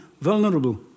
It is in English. vulnerable